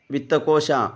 वित्तकोशः